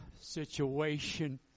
situation